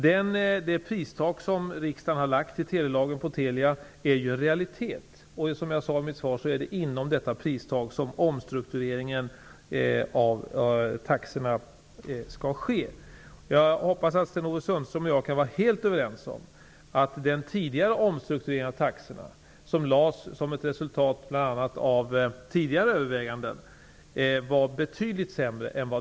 Det pristak som riksdagen i telelagen har lagt på Telia är en realitet, och det är, som jag sade i mitt svar, inom detta pristak som omstruktureringen av taxorna skall ske. Jag hoppas att Sten-Ove Sundström och jag kan vara helt överens om att den förra omstruktureringen av taxorna, som genomfördes som ett resultat bl.a. av tidigare överväganden, var betydligt sämre.